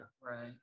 Right